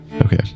Okay